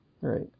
Right